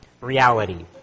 reality